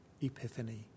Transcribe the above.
epiphany